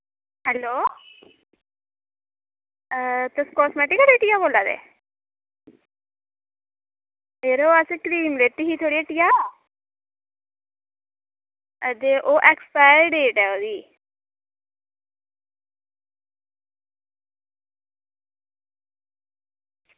hello तुस cosmetic आह्ली हट्टिया बोला दे यरो असें क्रीम लेती ही थुआढ़ी हट्टिया ते ओह् ऐक्सपायर डेट ऐ ओह्दी